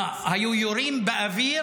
אה, היו יורים באוויר